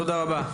תודה רבה.